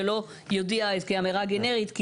ולא יודיע כאמירה גנרית,